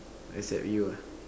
just like you ah